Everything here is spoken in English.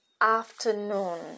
afternoon